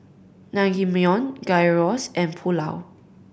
Naengmyeon Gyros and Pulao